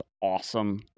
awesome